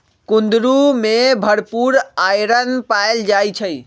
कुंदरू में भरपूर आईरन पाएल जाई छई